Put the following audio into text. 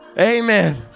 Amen